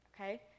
Okay